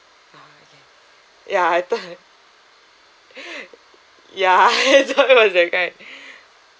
ah okay ya I thought ya I thought it was that kind